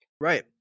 Right